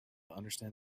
understand